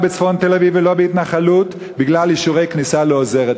בצפון תל-אביב ולא בהתנחלות בגלל אישורי כניסה לעוזרת,